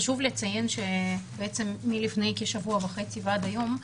חשוב לציין שמלפני כשבוע וחצי ועד היום,